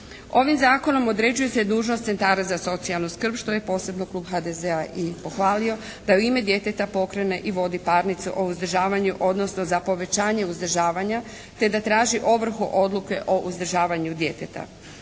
Ovim zakonom određuje se dužnost centara za socijalnu skrb što je posebno Klub HDZ-a i pohvalio da u ime djeteta pokrene i vodi parnicu o uzdržavanju odnosno za povećanje uzdržavanje te da traži ovrhu odluke o uzdržavanju djeteta.